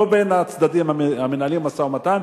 לא בין הצדדים שמנהלים משא-ומתן,